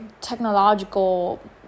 technological